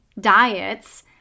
diets